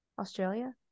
Australia